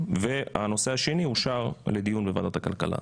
והנושא השני אושר לדיון בוועדת הכלכלה.